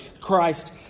christ